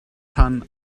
rhan